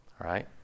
Right